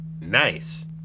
nice